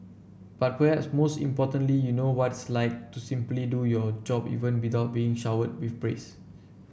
but perhaps most importantly you know what it's like to simply do your job even without being showered with praise